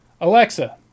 Alexa